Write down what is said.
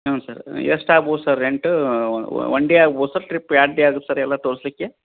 ಹ್ಞೂ ಸರ್ ಎಷ್ಟು ಆಗ್ಬೋದು ಸರ್ ರೆಂಟ್ ಒನ್ ಡೇ ಅಗ್ಬೋದ ಸರ್ ಟ್ರಿಪ್ ಎರಡು ಡೇ ಆಗುತ್ತ ಸರ್ ಎಲ್ಲ ತೋರಿಸ್ಲಿಕ್ಕೆ